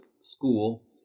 school